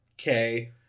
okay